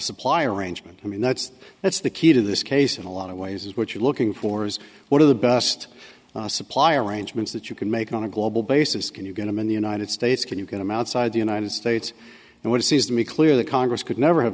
supply arrangement i mean that's that's the key to this case in a lot of ways is what you're looking for is one of the best supply arrangements that you can make on a global basis can you going to in the united states can you can i'm outside the united states and what it seems to me clear that congress could never have